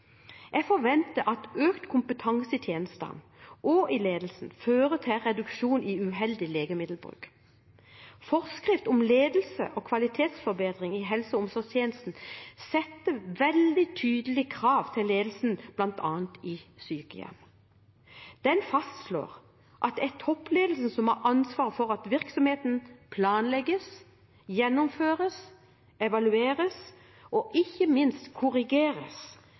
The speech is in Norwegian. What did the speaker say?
Jeg forventer at økt kompetanse i tjenestene og i ledelsen fører til en reduksjon i uheldig legemiddelbruk. Forskrift om ledelse og kvalitetsforbedring i helse- og omsorgstjenesten stiller veldig tydelige krav til ledelsen bl.a. i sykehjem. Den fastslår at det er toppledelsen som har ansvar for at virksomheten planlegges, gjennomføres, evalueres og ikke minst korrigeres